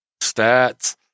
stats